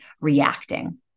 reacting